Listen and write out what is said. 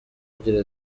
agira